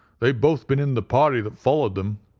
they'd both been in the party that followed them,